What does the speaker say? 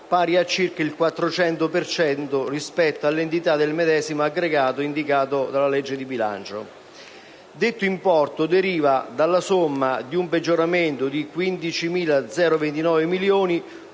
pari a circa il 400 per cento rispetto all'entità del medesimo aggregato indicata dalla legge di bilancio; detto importo deriva dalla somma di un peggioramento di 15.029 milioni,